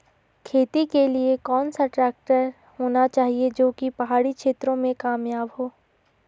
खेती के लिए कौन सा ट्रैक्टर होना चाहिए जो की पहाड़ी क्षेत्रों में कामयाब हो?